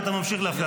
ואתה ממשיך להפריע.